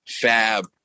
Fab